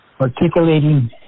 articulating